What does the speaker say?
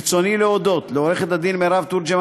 ברצוני להודות לעורכת הדין מרב תורג׳מן